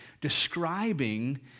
describing